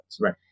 Right